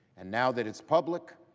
and now that it's public,